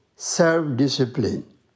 self-discipline